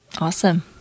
Awesome